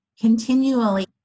continually